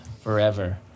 forever